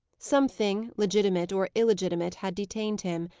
something, legitimate or illegitimate, had detained him,